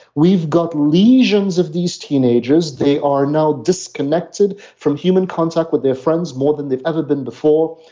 we've got legions of these teenagers, they are now disconnected from human contact with their friends more than they've ever been before.